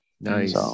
nice